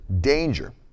danger